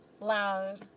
loud